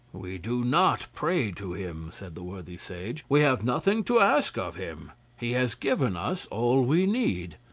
we do not pray to him, said the worthy sage we have nothing to ask of him he has given us all we need,